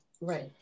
Right